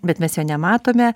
bet mes jo nematome